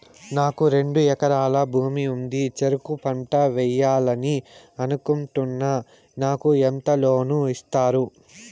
నాకు రెండు ఎకరాల భూమి ఉంది, చెరుకు పంట వేయాలని అనుకుంటున్నా, నాకు ఎంత లోను ఇస్తారు?